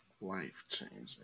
Life-changing